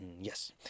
yes